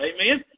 Amen